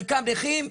חלקם נכים,